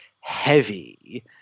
heavy